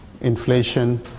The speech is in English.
inflation